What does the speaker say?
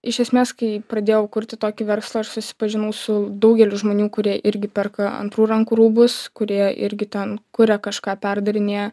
iš esmės kai pradėjau kurti tokį verslą aš susipažinau su daugeliu žmonių kurie irgi perka antrų rankų rūbus kurie irgi ten kuria kažką perdarinėja